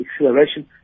acceleration